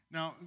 Now